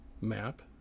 MAP